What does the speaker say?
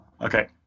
okay